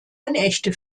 unechte